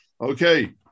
Okay